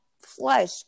flush